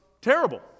terrible